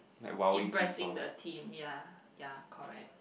impressing the team ya ya correct